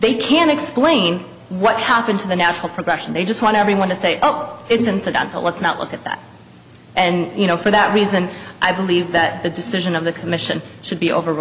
they can't explain what happened to the natural progression they just want everyone to say oh it's incidental let's not look at that and you know for that reason i believe that the decision of the commission should be over